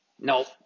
Nope